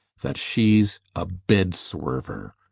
that she's a bed-swerver,